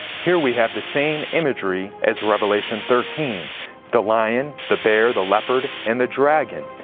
here we have the same imagery as revelation thirteen the lion, the bear, the leopard, and the dragon.